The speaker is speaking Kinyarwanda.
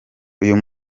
uyu